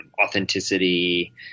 authenticity